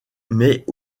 mais